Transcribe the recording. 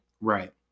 right